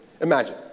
imagine